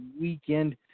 weekend